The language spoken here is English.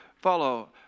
follow